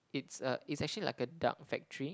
it's a it's actually like a duck factory